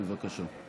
בבקשה.